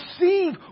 receive